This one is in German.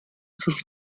sich